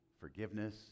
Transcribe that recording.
forgiveness